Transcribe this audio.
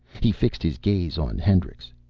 he fixed his gaze on hendricks.